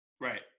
Right